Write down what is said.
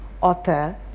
author